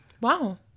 wow